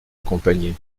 accompagner